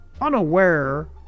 Unaware